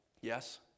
Yes